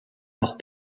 leurs